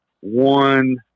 one